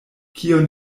kion